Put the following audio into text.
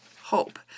Hope